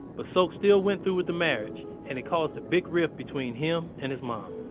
but sok still went through with the marriage and it caused a big riff between him and his mom